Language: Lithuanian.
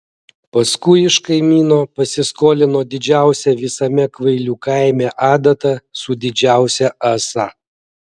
paskui iš kaimyno pasiskolino didžiausią visame kvailių kaime adatą su didžiausia ąsa